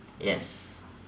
yes